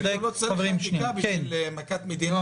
צריך להכריז על זה כמכת מדינה